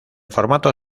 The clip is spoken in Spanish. formato